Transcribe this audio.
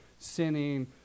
sinning